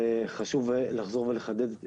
אני חושב שזה יגרום נזק לא רק לחקלאות אבל קוד כל לצרכנים.